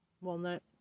walnut